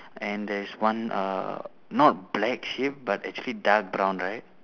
and there's one uh not black sheep but actually dark brown right